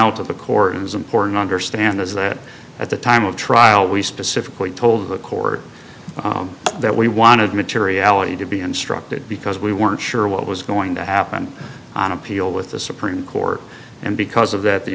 out of the court is important to understand is that at the time of trial we specifically told the court that we wanted materiality to be instructed because we weren't sure what was going to happen on appeal with the supreme court and because of that the